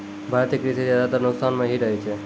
भारतीय कृषि ज्यादातर नुकसान मॅ ही रहै छै